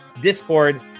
discord